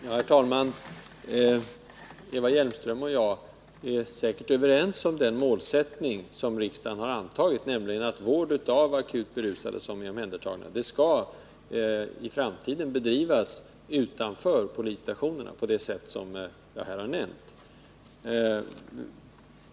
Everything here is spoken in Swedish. Herr talman! Eva Hjelmström och jag är säkert överens om den målsättning som riksdagen har antagit, nämligen att vård av akut berusade i framtiden skall bedrivas utanför polisstationerna på det sätt som jag här har nämnt.